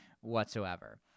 whatsoever